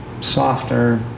softer